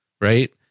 right